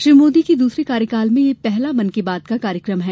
श्री मोदी के दसरे कार्यकाल में यह पहला मन की बात कार्यक्रम है